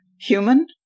human